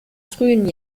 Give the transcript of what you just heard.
frühen